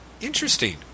interesting